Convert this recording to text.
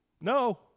no